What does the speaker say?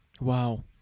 Wow